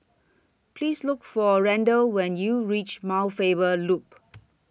Please Look For Randall when YOU REACH Mount Faber Loop